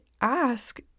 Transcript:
ask